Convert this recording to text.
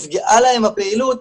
שנפגעה להם הפעילות,